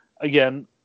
again